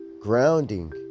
grounding